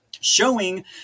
showing